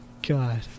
God